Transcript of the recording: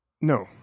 No